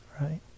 right